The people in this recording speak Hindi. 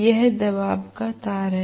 यह दबाव का तार है